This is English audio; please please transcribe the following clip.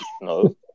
No